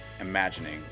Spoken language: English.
imagining